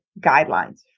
guidelines